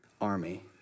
army